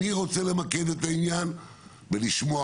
אני רוצה למקד את העניין בלשמוע